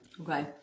Okay